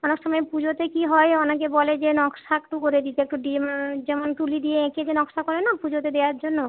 অনেক সময় পুজোতে কী হয় অনেকে বলে যে নকশা একটু করে দিতে একটু ডি যেমন তুলি দিয়ে এঁকে যে নকশা করে না পুজোতে দেওয়ার জন্য